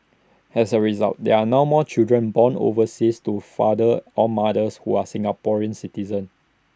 as A result there are now more children born overseas to fathers or mothers who are Singaporean citizens